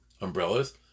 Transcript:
umbrellas